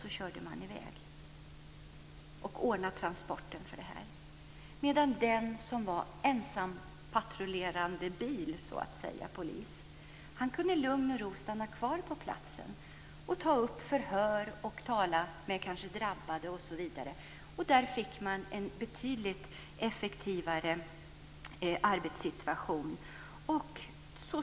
Så körde de i väg och ordnade transporten för detta, medan den polis som var ensam i lugn och ro kunde stanna kvar på platsen och ta upp förhör, tala med drabbade osv. Där fick man en betydligt effektivare arbetssituation.